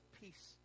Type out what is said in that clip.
peace